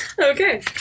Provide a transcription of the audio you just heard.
Okay